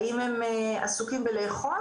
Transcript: האם הם עסוקים בלאכול,